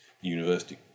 university